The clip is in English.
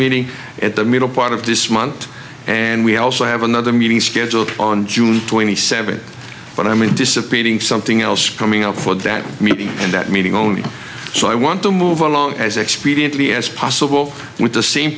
meeting at the middle part of this month and we also have another meeting scheduled on june twenty seventh but i mean dissipating something else coming up for that meeting and that meeting only so i want to move along as expediently as possible with the same